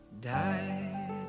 died